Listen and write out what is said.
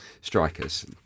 strikers